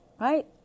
right